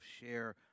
share